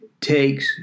takes